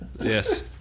Yes